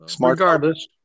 Regardless